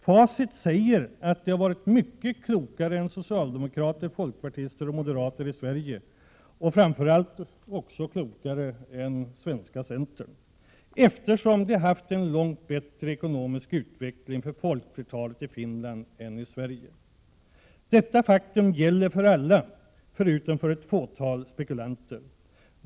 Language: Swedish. Facit säger att de har varit mycket klokare än socialdemokraterna, folkpartiet och moderaterna i Sverige, och de har för all del också varit klokare än den svenska centern, eftersom den ekonomiska utvecklingen har varit långt bättre för folkflertalet i Finland än den ekonomiska utvecklingen i Sverige har varit. Detta faktum gäller för alla utom för ett fåtal spekulanter.